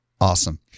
Awesome